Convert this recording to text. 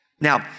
Now